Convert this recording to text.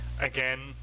Again